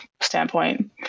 standpoint